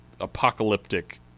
apocalyptic